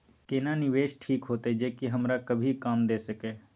केना निवेश ठीक होते जे की हमरा कभियो काम दय सके?